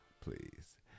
Please